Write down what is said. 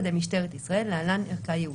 ידי משטרת ישראל (להלן: "ערכה ייעודית").